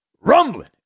rumbling